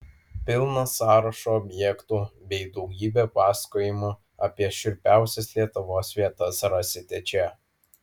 pilną sąrašą objektų bei daugybę pasakojimų apie šiurpiausias lietuvos vietas rasite čia